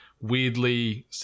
weirdly